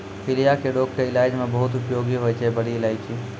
पीलिया के रोग के इलाज मॅ बहुत उपयोगी होय छै बड़ी इलायची